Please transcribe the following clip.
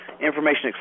information